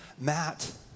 Matt